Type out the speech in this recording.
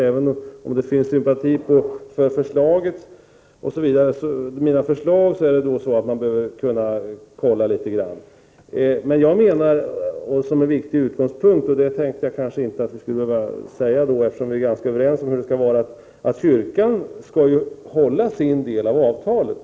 Även om det finns sympati för mina förslag vill staten ha visst inflytande. En viktig utgångspunkt, vilket jag tänkte inte skulle vara nödvändigt att säga, eftersom vi är ganska överens, är att kyrkan skall hålla sin del av avtalet.